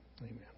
Amen